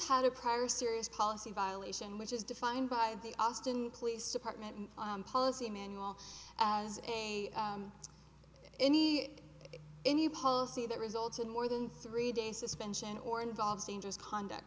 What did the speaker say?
a prior serious policy violation which is defined by the austin police department policy manual as any any policy that results in more than three day suspension or involves dangerous conduct